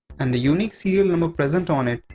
and the unique serial number present on it,